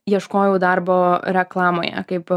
ieškojau darbo reklamoje kaip